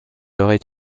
aurait